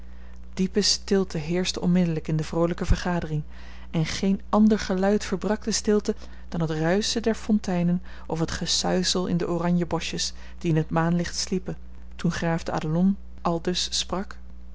diepe stilte heerschte onmiddellijk in de vroolijke vergadering en geen ander geluid verbrak de stilte dan het ruischen der fonteinen of het gesuizel in de oranjeboschjes die in het maanlicht sliepen toen graaf de adelon aldus sprak